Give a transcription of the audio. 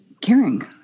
caring